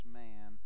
man